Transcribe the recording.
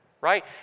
right